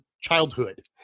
childhood